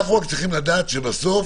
אנחנו צריכים לדעת שבסוף